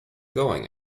going